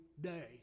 day